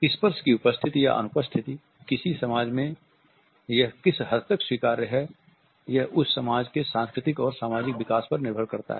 स्पर्श की उपस्थिति या अनुपस्थिति किसी समाज में यह किस हद तक स्वीकार्य है यह उस समाज के सांस्कृतिक और समाजिक विकास पर निर्भर करता है